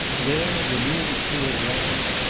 there, the newly-cleared lands,